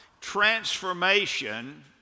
Transformation